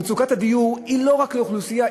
מצוקת הדיור היא לא רק לאוכלוסייה,